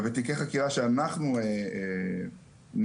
בתיקי החקירה שאנחנו ניהלנו,